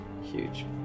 huge